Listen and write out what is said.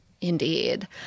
Indeed